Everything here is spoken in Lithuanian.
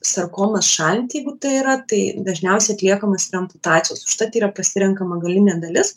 sarkomą šalint jeigu tai yra tai dažniausiai atliekamos yra amputacijos užtat yra pasirenkama galinė dalis